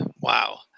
Wow